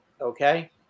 Okay